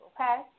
okay